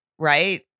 right